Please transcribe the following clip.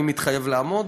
אני מתחייב לעמוד.